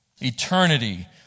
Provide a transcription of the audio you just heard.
Eternity